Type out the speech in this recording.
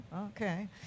okay